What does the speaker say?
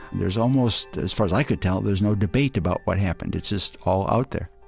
there's almost, as far as i could tell, there's no debate about what happened, it's just all out there